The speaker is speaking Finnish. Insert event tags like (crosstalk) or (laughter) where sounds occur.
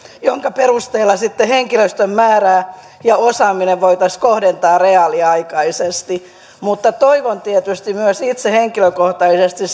jonka perusteella sitten henkilöstön määrä ja osaaminen voitaisiin kohdentaa reaaliaikaisesti mutta olen tietysti myös itse henkilökohtaisesti (unintelligible)